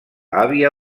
àvia